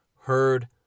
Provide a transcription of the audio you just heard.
heard